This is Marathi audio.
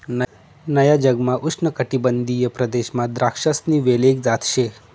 नया जगमा उष्णकाटिबंधीय प्रदेशमा द्राक्षसनी वेल एक जात शे